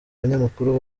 banyamakuru